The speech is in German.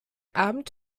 abend